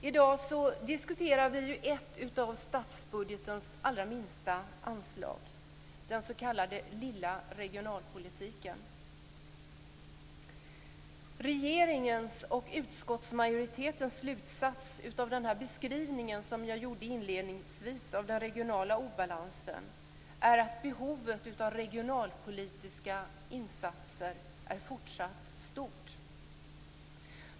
I dag diskuterar vi ett av statsbudgetens minsta anslag, nämligen den s.k. lilla regionalpolitiken. Regeringens och utskottsmajoritetens slutsats av den beskrivning av den regionala obalansen som jag gjorde inledningsvis är att behovet av regionalpolitiska insatser är fortsatt stort.